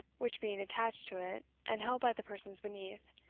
which, being attached to it, and held by the persons beneath,